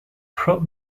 prop